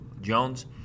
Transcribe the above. Jones